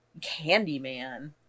Candyman